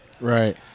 right